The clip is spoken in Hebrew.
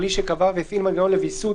בלי שקבע והפעיל מנגנון לוויסות